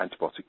antibiotic